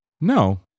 No